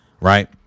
right